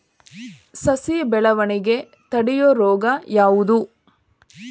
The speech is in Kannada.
ಸಸಿ ಬೆಳವಣಿಗೆ ತಡೆಯೋ ರೋಗ ಯಾವುದು?